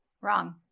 Wrong